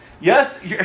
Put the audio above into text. Yes